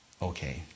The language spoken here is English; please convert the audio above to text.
Okay